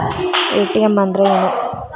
ATM ಅಂದ್ರ ಏನು?